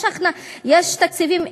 יש תקציבים.